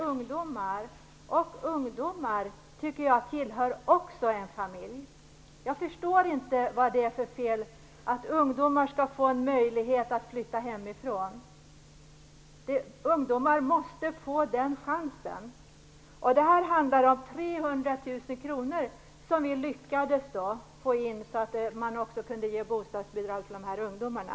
Ungdomar tillhör också en familj. Vad är det för fel att ge ungdomar möjlighet att flytta hemifrån? Ungdomar måste få den chansen! Vi lyckades få in 300 00 kr så att man också kunde ge dessa ungdomar bostadsbidrag.